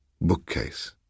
bookcase